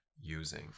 using